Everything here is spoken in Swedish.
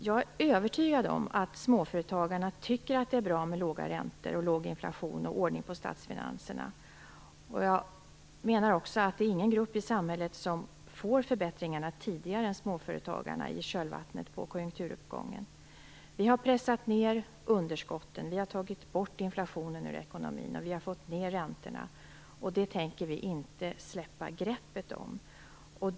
Jag är övertygad om att småföretagarna tycker att det är bra med låga räntor, låg inflation och ordning på statsfinanserna. Jag menar också att ingen grupp i samhället får förbättringarna i kölvattnet på konjunkturuppgången tidigare än småföretagarna. Vi har pressat ned underskotten, tagit bort inflationen ur ekonomin och fått ned räntorna, och det tänker vi inte släppa greppet om.